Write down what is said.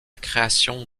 création